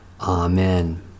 Amen